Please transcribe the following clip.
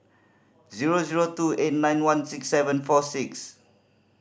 zero zero two eight nine one six seven four six